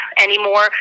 anymore